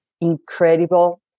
incredible